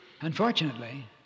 Unfortunately